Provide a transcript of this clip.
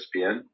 ESPN